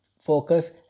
focus